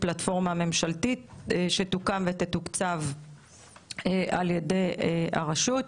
פלטפורמה ממשלתית שתוקם ותתוקצב על ידי הרשות.